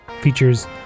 features